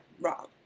wrong